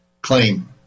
claim